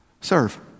serve